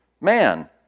man